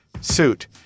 suit